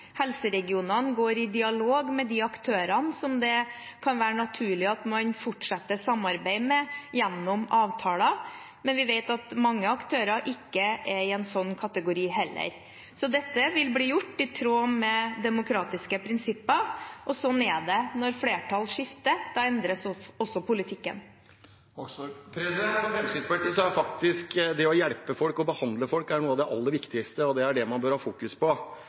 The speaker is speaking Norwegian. Helseregionene går i dialog med de aktørene det kan være naturlig at man fortsetter samarbeid med gjennom avtaler, men vi vet at mange aktører ikke er i en sånn kategori heller. Dette vil bli gjort i tråd med demokratiske prinsipper. Sånn er det når flertall skifter, da endres også politikken. For Fremskrittspartiet er faktisk det å hjelpe og behandle folk noe av det aller viktigste, og det er det man bør fokusere på.